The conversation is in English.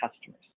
customers